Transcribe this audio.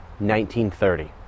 1930